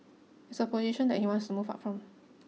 it's a position that he wants to move up from